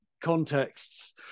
contexts